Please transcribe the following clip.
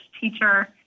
teacher